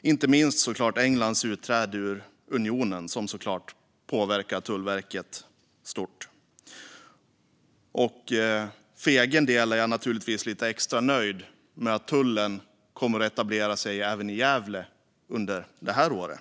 Inte minst Englands utträde ur unionen har såklart påverkat Tullverket stort. För egen del är jag naturligtvis lite extra nöjd med att tullen kommer att etablera sig även i Gävle under det här året.